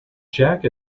jack